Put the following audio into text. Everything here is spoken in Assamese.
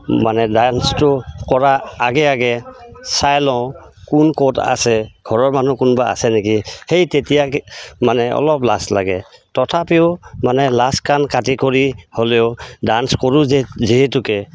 মানে ডান্সটো কৰা আগে আগে চাই লওঁ কোন ক'ত আছে ঘৰৰ মানুহ কোনোবা আছে নেকি সেই তেতিয়া মানে অলপ লাজ লাগে তথাপিও মানে লাজ কাণ কাটি কৰি হ'লেও ডান্স কৰোঁ যে যিহেতুকে